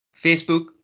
Facebook